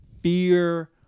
fear